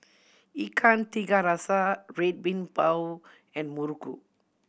Ikan Tiga Rasa Red Bean Bao and muruku